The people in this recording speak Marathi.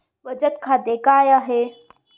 बचत खाते काय आहे?